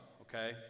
okay